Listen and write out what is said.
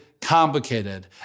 complicated